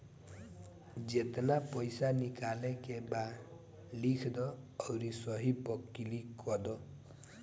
जेतना पइसा निकाले के बा लिख दअ अउरी सही पअ क्लिक कअ दअ